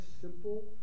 simple